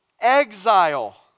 Exile